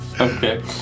Okay